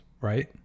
right